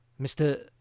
Mr